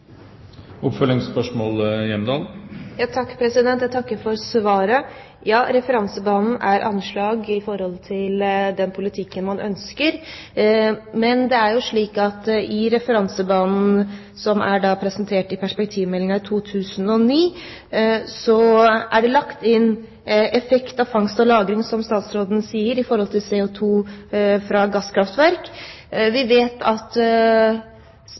Jeg takker for svaret. Referansebanen er anslag i forhold til den politikken man ønsker, men det er jo slik at i referansebanen som er presentert i Perspektivmeldingen 2009, er det lagt inn effekt av fangst og lagring, som statsråden sier, av CO2 fra gasskraftverk. Vi vet at